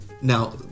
Now